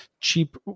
cheap